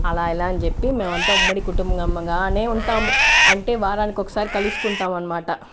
అలా ఇలా అని చెప్పి మేమంతా ఉమ్మడి కుటుంబంగానే ఉంటాము అంటే వారానికి ఒకసారి కలుసుకుంటాం అనమాట